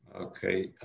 Okay